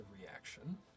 reaction